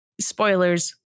spoilers